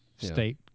state